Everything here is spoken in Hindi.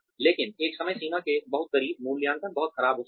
लेकिन एक समय सीमा के बहुत करीब मूल्यांकन बहुत खराब हो सकता है